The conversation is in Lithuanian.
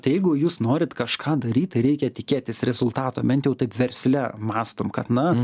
tai jeigu jūs norit kažką daryt reikia tikėtis rezultato bent jau taip versle mąstom kad na